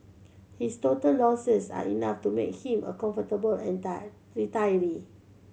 his total losses are enough to make him a comfortable retiree